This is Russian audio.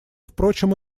впрочем